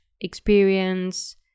experience